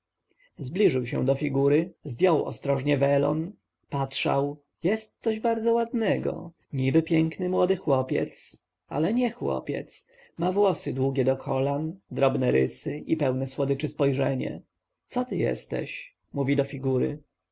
zbliżył się do figury zdjął ostrożnie welon patrzy jest coś bardzo ładnego niby piękny młody chłopiec ale nie chłopiec ma włosy długie do kolan drobne rysy i pełne słodyczy spojrzenie co ty jesteś mówi do figury